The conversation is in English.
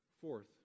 Fourth